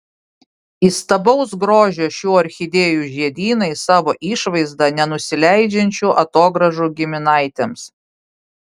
įstabaus grožio šių orchidėjų žiedynai savo išvaizda nenusileidžiančių atogrąžų giminaitėms